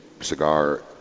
cigar